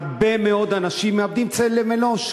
הרבה מאוד אנשים מאבדים צלם אנוש,